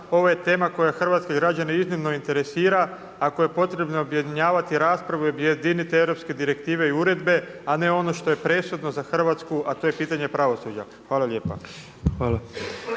Ovo je tema koja hrvatske građane iznimno interesira. Ako je potrebno objedinjavati raspravu, objedinite europske direktive i uredbe, a ne ono što je presudno za Hrvatsku, a to je pitanje pravosuđa. Hvala lijepa.